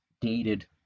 dated